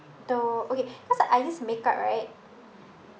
the okay cause like I use makeup right